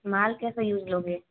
माल कैसा यूज़ लोगे